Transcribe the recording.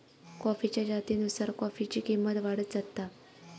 कॉफीच्या जातीनुसार कॉफीची किंमत वाढत जाता